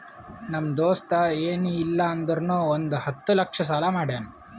ನಮ್ ದೋಸ್ತ ಎನ್ ಇಲ್ಲ ಅಂದುರ್ನು ಒಂದ್ ಹತ್ತ ಲಕ್ಷ ಸಾಲಾ ಮಾಡ್ಯಾನ್